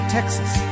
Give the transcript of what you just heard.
Texas